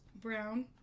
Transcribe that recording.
Brown